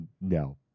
No